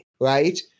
right